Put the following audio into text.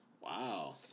Wow